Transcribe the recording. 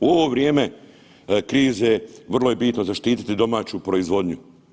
U ovo vrijeme krize vrlo je bitno zaštiti domaću proizvodnju.